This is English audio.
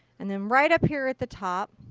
and then right up here at the top,